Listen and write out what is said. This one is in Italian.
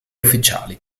ufficiali